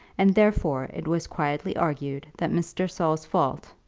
and therefore it was quietly argued that mr. saul's fault,